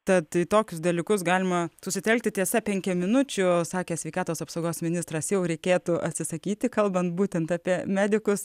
tad į tokius dalykus galima susitelkti tiesa penkiaminučių sakė sveikatos apsaugos ministras jau reikėtų atsisakyti kalbant būtent apie medikus